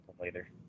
later